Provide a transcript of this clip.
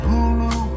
Hulu